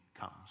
comes